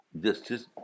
Justice